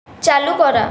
চালু করা